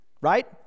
right